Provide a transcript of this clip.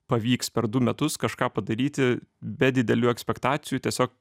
pavyks per du metus kažką padaryti be didelių ekspektacijų tiesiog